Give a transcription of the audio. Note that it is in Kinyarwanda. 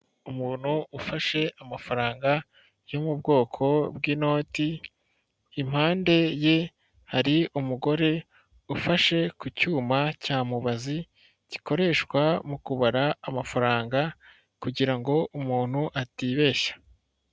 Umuntu ufashe amafaranga yo mu bwoko bw'inoti, impande ye hari umugore ufashe ku cyuma cya mubazi, gikoreshwa mu kubara amafaranga kugirango umuntu atibeshya.